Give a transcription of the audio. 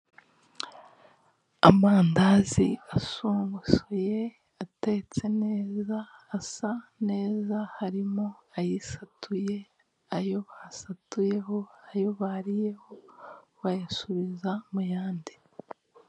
Amandazi asungusuye atetse neza, asa neza, harimo ayisatuye, ayo basatuyeho, ayo bariyeho bayasubiza mu yandi.